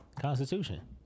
Constitution